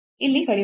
ಇಲ್ಲಿ ಕಲಿಯೋಣ